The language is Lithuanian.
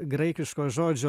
graikiško žodžio